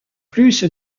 plus